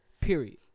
period